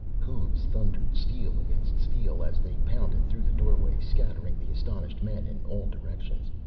hoofs thundered steel against steel as they pounded through the doorway, scattering the astonished men in all directions.